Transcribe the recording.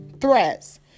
threats